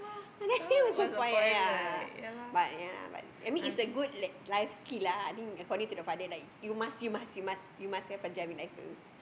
then what's the point ya ya but ya lah but I mean it's a good life skill lah according to the father you must you must you must have a driving license